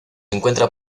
encuentra